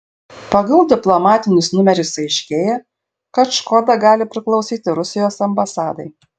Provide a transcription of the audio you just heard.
pagal diplomatinius numerius aiškėja kad škoda gali priklausyti rusijos ambasadai